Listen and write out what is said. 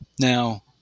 Now